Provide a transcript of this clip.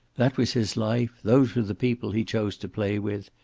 that was his life, those were the people he chose to play with.